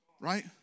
Right